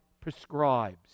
prescribes